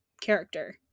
character